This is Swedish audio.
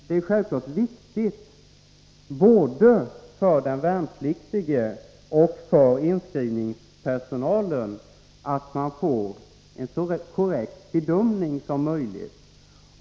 Det är självfallet viktigt, både för den värnpliktige och för inskrivningspersonalen, att det görs en så korrekt bedömning som möjligt.